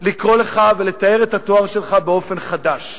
לקרוא לך ולתאר את התואר שלך באופן חדש.